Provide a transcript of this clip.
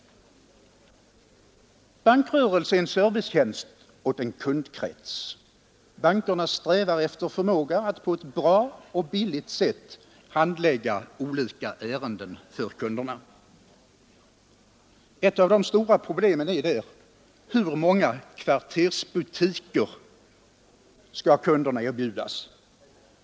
Bankrörelse är servicetjänst åt en kundkrets. Bankerna strävar efter förmåga att på ett bra och billigt sätt handlägga olika ärenden för kunderna. Ett av de stora problemen är där: Hur många ”kvartersbutiker” skall kunderna erbjudas?